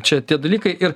čia tie dalykai ir